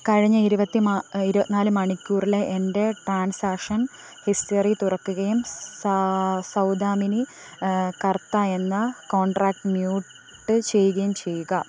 കഴിഞ്ഞ ഇരുപത്തി മാ ഇരുപത്ത് നാല് മണിക്കൂറിലെ എൻ്റെ ട്രാൻസാക്ഷൻ ഹിസ്റ്ററി തുറക്കുകയും സ സൗദാമിനി കർത്ത എന്ന കോണ്ടാക്ട് മ്യൂട്ട് ചെയ്യുകയും ചെയ്യുക